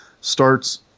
starts